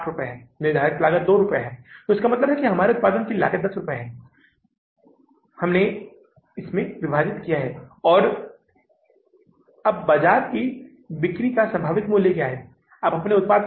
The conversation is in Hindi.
आप ख़रीद संवितरण अनुसूची के लिए जाते हैं और उस मामले में हम ख़रीद के लिए 240000 का भुगतान कर रहे हैं यह ख़रीद के लिए पहला भुगतान है फिर हमें वेतन मजदूरी और दलाली के लिए भुगतान करना होगा